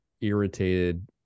irritated